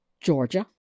Georgia